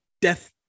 death